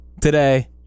Today